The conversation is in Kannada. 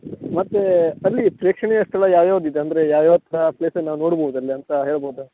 ಮತ್ತೇ ಅಲ್ಲಿ ಪ್ರೇಕ್ಷಣೀಯ ಸ್ಥಳ ಯಾವ ಯಾವ್ದು ಇದೆ ಅಂದರೆ ಯಾವ ಯಾವ ಥರ ಪ್ಲೇಸನ್ನ ನೋಡ್ಬೋದು ಅಲ್ಲಿ ಅಂತ ಹೇಳ್ಬೋದಾ